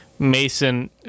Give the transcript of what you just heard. Mason